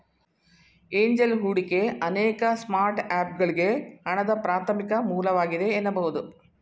angel ಹೂಡಿಕೆ ಅನೇಕ ಸ್ಟಾರ್ಟ್ಅಪ್ಗಳ್ಗೆ ಹಣದ ಪ್ರಾಥಮಿಕ ಮೂಲವಾಗಿದೆ ಎನ್ನಬಹುದು